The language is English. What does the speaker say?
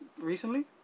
recently